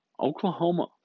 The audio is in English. Oklahoma